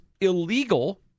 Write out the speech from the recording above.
illegal